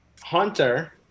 Hunter